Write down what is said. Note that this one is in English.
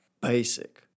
basic